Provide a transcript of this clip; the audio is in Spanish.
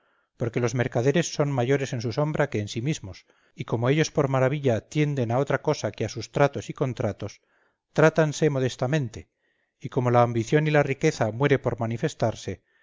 porque los mercaderes son mayores en su sombra que en sí mismos y como ellos por maravilla atienden a otra cosa que a sus tratos y contratos trátanse modestamente y como la ambición y la riqueza muere por manifestarse